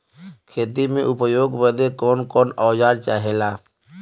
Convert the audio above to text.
खेती में उपयोग बदे कौन कौन औजार चाहेला?